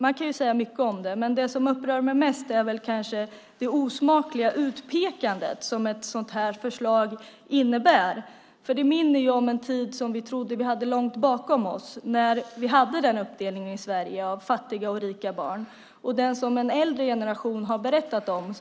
Man kan säga mycket om det, men det som upprör mig mest är kanske det osmakliga utpekandet som ett sådant här förslag innebär. Det minner om en tid som vi trodde att vi hade långt bakom oss, när vi hade en uppdelning i Sverige mellan fattiga och rika barn. Det är den som en äldre generation har berättat om.